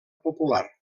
popular